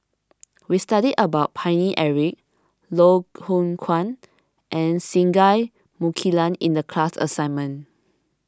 we studied about Paine Eric Loh Hoong Kwan and Singai Mukilan in the class assignment